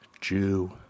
Jew